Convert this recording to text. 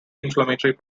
inflammatory